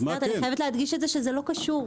אני חייבת להדגיש את זה שזה לא קשור.